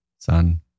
son